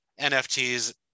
NFTs